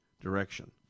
direction